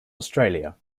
australia